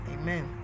amen